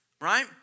right